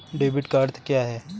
Debit का अर्थ क्या है?